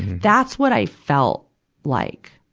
that's what i felt like.